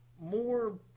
more